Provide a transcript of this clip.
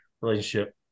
relationship